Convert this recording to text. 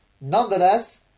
nonetheless